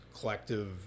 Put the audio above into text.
collective